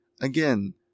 Again